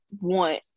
want